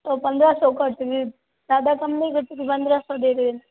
तो पंद्रह सौ का ज़्यादा कम नहीं कर सकते पंद्रह सौ दे देना